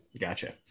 Gotcha